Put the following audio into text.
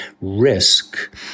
risk